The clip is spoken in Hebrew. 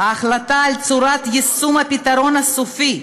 ההחלטה על צורת יישום הפתרון הסופי,